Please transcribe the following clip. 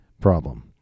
problem